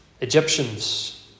Egyptians